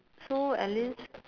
so at least